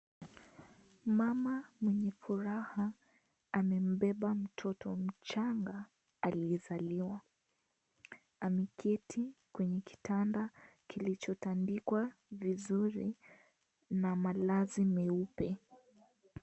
Mama mwenye furaha amembeba mtoto mchanga aliyezaliwa, ameketi kwenye kitanda kilichotandikwa vizuri na malazi meupe.